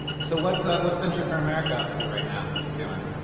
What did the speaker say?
so what's ah what's venture for america up to right now? what's it doing?